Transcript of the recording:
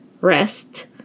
rest